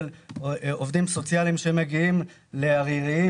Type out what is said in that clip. שבמסגרתו עובדים סוציאליים מגיעים לאנשים עריריים